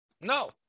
no